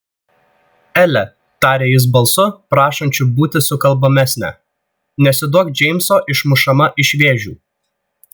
ele tarė jis balsu prašančiu būti sukalbamesnę nesiduok džeimso išmušama iš vėžių